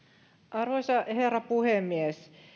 arvoisa herra puhemies